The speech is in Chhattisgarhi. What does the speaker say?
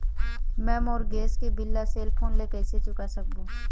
मैं मोर गैस के बिल ला सेल फोन से कइसे चुका सकबो?